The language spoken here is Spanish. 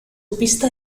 pista